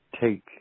take